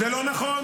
שנייה, ולא נכון,